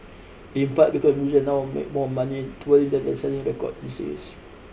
in part because musicians now make more money touring than selling records he says